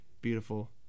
beautiful